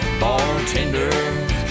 bartenders